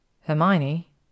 Hermione